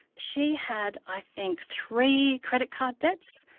she had i think three credit card debts,